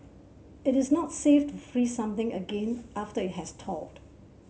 it is not safe to freeze something again after it has thawed